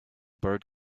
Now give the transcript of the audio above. bird